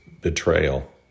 Betrayal